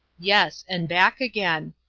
yes, and back again.